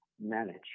manage